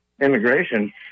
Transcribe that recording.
immigration